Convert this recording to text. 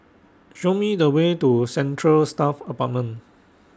Show Me The Way to Central Staff Apartment